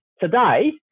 Today